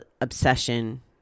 obsession